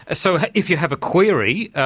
ah so if you have a query,